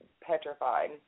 petrified